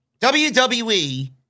WWE